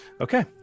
okay